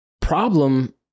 problem